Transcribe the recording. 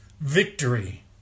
victory